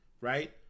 right